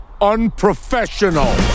unprofessional